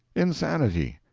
insanity.